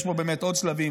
יש פה באמת עוד שלבים,